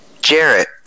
Jarrett